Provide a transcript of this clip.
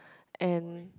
and